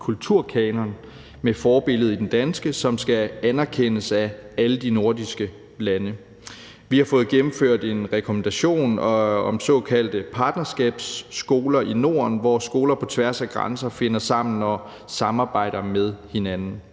kulturkanon med forbillede i den danske, som skal anerkendes af alle de nordiske lande. Vi har fået gennemført en rekommandation om såkaldte partnerskabsskoler i Norden, hvor skoler på tværs af grænser finder sammen og samarbejder med hinanden.